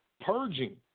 purging